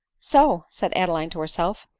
so! said adeline to herself,